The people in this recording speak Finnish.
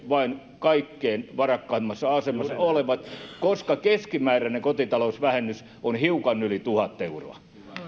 vain kaikkein varakkaimmassa asemassa olevat koska keskimääräinen kotitalousvähennys on hiukan yli tuhat euroa